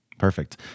Perfect